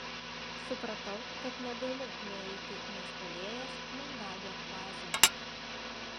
supratau kad negaliu nueiti mestelėjęs mandagią frazę